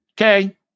Okay